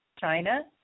China